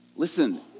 Listen